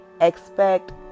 expect